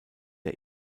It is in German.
der